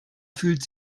fühlt